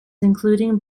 including